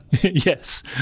yes